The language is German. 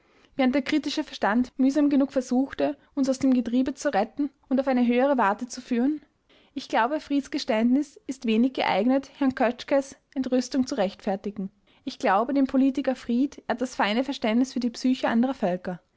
während der kritische verstand mühsam genug versuchte uns aus dem getriebe zu retten und auf eine höhere warte zu führen ich glaube frieds geständnis ist wenig geeignet herrn kötschkes entrüstung zu rechtfertigen ich glaube den politiker fried ehrt das feine verständnis für die psyche anderer völker